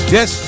Yes